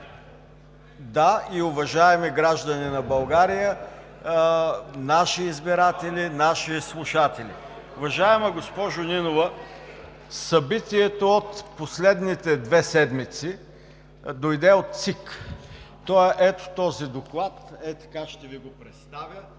уважаеми граждани на България, наши избиратели, наши слушатели! Уважаема госпожо Нинова, събитието от последните две седмици дойде от ЦИК. Ето този доклад, така ще Ви го представя,